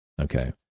Okay